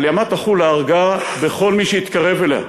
ימת החולה הרגה בכל מי שהתקרב אליה,